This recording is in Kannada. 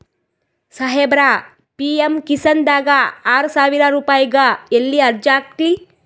ಸಾಹೇಬರ, ಪಿ.ಎಮ್ ಕಿಸಾನ್ ದಾಗ ಆರಸಾವಿರ ರುಪಾಯಿಗ ಎಲ್ಲಿ ಅರ್ಜಿ ಹಾಕ್ಲಿ?